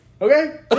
okay